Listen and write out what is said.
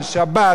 על שבת,